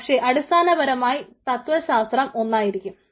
പക്ഷേ അടിസ്ഥാനപരമായി തത്വശാസ്ത്രം ഒന്നായിരിക്കും